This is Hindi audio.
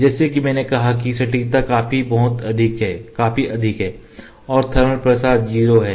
जैसा कि मैंने कहा कि सटीकता काफी अधिक है और थर्मल प्रसार 0 है